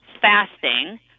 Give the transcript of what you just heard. fasting